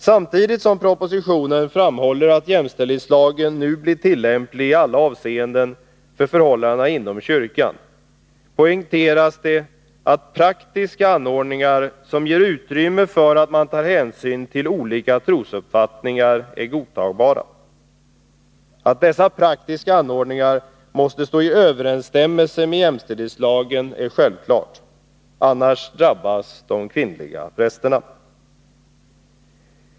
Samtidigt som propositionen framhåller att jämställdhetslagen nu blir tillämplig i alla avseenden för förhållandena inom kyrkan, poängteras det att praktiska anordningar, som ger utrymme för att man tar hänsyn till olika trosuppfattningar, är godtagbara. Att dessa praktiska anordningar måste stå i överensstämmelse med jämställdhetslagen är självklart. Annars drabbas de kvinnliga prästerna.